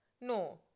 no